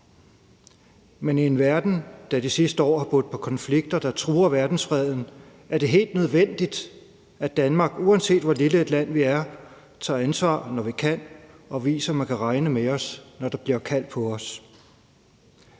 Men i en verden, der de sidste år har budt på konflikter, der truer verdensfreden, er det helt nødvendigt, at Danmark, uanset hvor lille et land vi er, tager ansvar, når vi kan, og viser, at man kan regne med os, når der bliver kaldt på os.